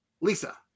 Lisa